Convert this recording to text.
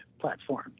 platform